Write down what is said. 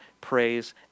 praise